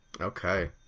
Okay